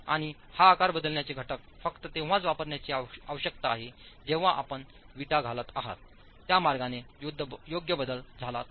आणि हा आकार बदलण्याचे घटक फक्त तेव्हाच वापरण्याची आवश्यकता आहे जेव्हा आपण विटा घालत आहात त्या मार्गाने योग्य बदल झाला तर